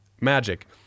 Magic